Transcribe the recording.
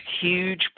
huge